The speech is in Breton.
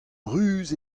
ruz